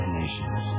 nations